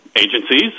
agencies